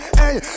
hey